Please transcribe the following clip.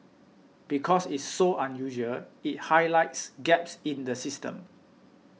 because it's so unusual it highlights gaps in the system